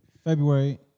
February